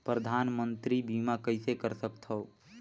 परधानमंतरी बीमा कइसे कर सकथव?